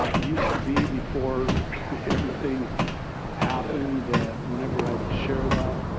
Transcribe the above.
ah used to be before everything happened that whenever i would share that,